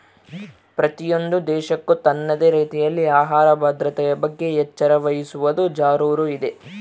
ಪ್ರತಿಯೊಂದು ದೇಶಕ್ಕೂ ತನ್ನದೇ ರೀತಿಯಲ್ಲಿ ಆಹಾರ ಭದ್ರತೆಯ ಬಗ್ಗೆ ಎಚ್ಚರ ವಹಿಸುವದು ಜರೂರು ಇದೆ